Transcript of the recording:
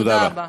תודה רבה.